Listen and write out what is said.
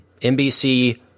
NBC